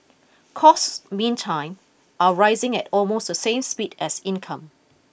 costs meantime are rising at almost the same speed as income